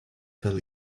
fell